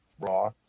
raw